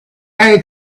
had